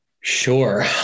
Sure